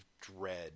dread